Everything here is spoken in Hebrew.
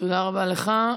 תודה רבה לך.